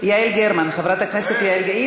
חברת הכנסת יעל גרמן.